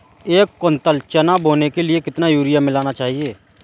एक कुंटल चना बोने के लिए कितना यूरिया मिलाना चाहिये?